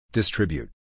Distribute